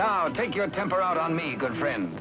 now take your temper out on me girlfriend